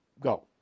Go